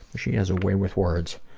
she has a way with words.